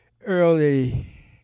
early